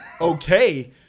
okay